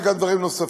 וגם דברים נוספים.